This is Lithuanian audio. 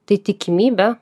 tai tikimybė